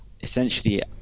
essentially